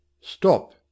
Stop